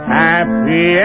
happy